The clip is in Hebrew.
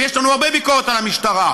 ויש לנו הרבה ביקורת על המשטרה,